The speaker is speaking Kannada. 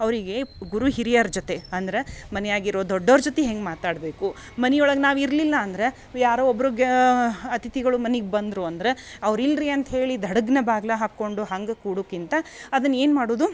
ಅವರಿಗೆ ಗುರು ಹಿರಿಯರ ಜೊತೆ ಅಂದ್ರ ಮನಿಯಾಗಿರೋ ಧೊಡ್ಡವ್ರ ಜೊತೆ ಹೆಂಗೆ ಮಾತಾಡಬೇಕು ಮನಿಯೊಳಗ ನಾವಿರಲಿಲ್ಲ ಅಂದ್ರ ಯಾರೋ ಒಬ್ರುಗಾ ಅತಿಥಿಗಳು ಮನಿಗೆ ಬಂದರು ಅಂದ್ರ ಅವ್ರ ಇಲ್ರಿ ಅಂತ್ಹೇಳಿ ಧಡಗ್ನ ಬಾಗಿಲ ಹಾಕ್ಕೊಂಡು ಹಂಗೆ ಕೂಡುಕ್ಕಿಂತ ಅದನ್ನ ಏನು ಮಾಡುದು